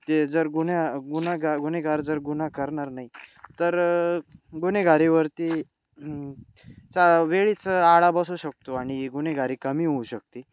ते जर गुन्हा गुनगा गुन्हेगार जर गुन्हा करणार नाही तर गुन्हेगारीवरती चा वेळीच आळा बसू शकतो आणि गुन्हेगारी कमी होऊ शकते